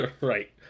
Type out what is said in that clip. Right